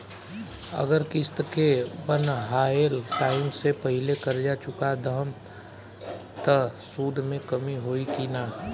अगर किश्त के बनहाएल टाइम से पहिले कर्जा चुका दहम त सूद मे कमी होई की ना?